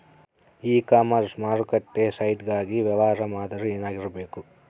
E commerce ಮಾರುಕಟ್ಟೆ site ಗಾಗಿ ವ್ಯವಹಾರ ಮಾದರಿ ಏನಾಗಿರಬೇಕು?